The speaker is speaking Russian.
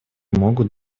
могут